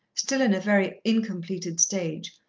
still in a very incompleted stage,